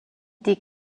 des